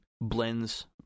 blends